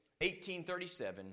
1837